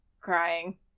crying